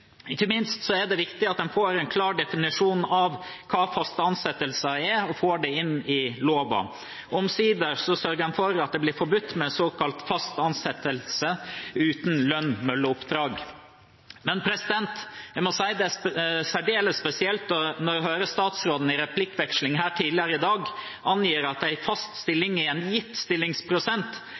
Ikke minst er det viktig at en får en klar definisjon av hva faste ansettelser er, og får det inn i loven. Omsider sørger en for at det blir forbudt med såkalt fast ansettelse uten lønn mellom oppdrag. Men jeg må si at det er særdeles spesielt når jeg hører statsråden i replikkveksling her tidligere i dag angi at en fast stilling i en gitt stillingsprosent